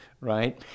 right